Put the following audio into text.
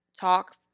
talk